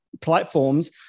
platforms